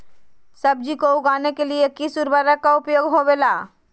सब्जी को उगाने के लिए किस उर्वरक का उपयोग होबेला?